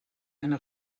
eine